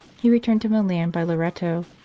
he returned to milan by loreto,